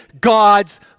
God's